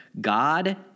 God